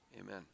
amen